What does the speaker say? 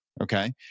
Okay